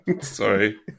Sorry